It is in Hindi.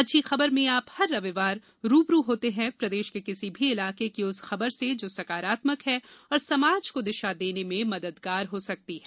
अच्छी खबर में आप हर रविवार रू ब रू होते हैं प्रदेश के किसी भी इलाके की उस खबर से जो सकारात्मक है और समाज को दिशा देने में मददगार हो सकती है